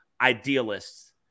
idealists